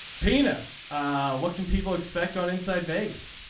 pina what can people expect on inside vegas